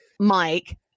Mike